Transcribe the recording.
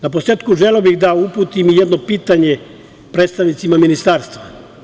Na posletku želeo bih da uputim jedno pitanje predstavnicima Ministarstva.